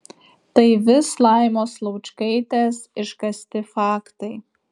tai vis laimos laučkaitės iškasti faktai